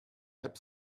app